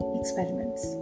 experiments